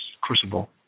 crucible